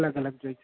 અલગ અલગ જોઈશે